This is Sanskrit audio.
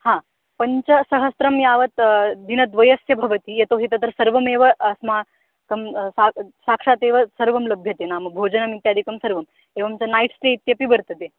हा पञ्चसहस्रं यावत् दिनद्वयस्य भवति यतो हि तत्र सर्वमेव अस्माकं सा साक्षादेव सर्वं लभ्यते नाम भोजनमित्यादिकं सर्वम् एवं च नैट् स्टे इत्यपि वर्तते